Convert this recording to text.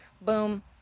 Boom